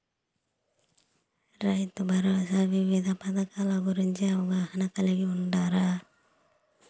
రైతుభరోసా వివిధ పథకాల గురించి అవగాహన కలిగి వుండారా?